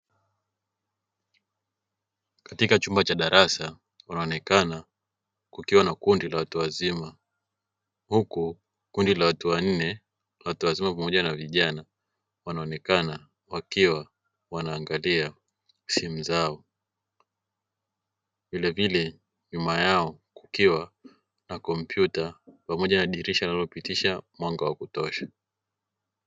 Katika chumba cha darasa kunaonekana kukiwa na kundi la watu wazima huku kundi la watu wanne watu wazima pamoja na vijana wanaonekana wakiwa wanaangalia simu zao, vile vile nyuma yao kukiwa na kompyuta pamoja na dirisha linalopitisha mwanga wa kutosha.